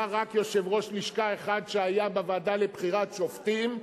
היה רק יושב-ראש לשכה אחד שהיה בוועדה לבחירת שופטים,